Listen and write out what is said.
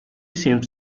seems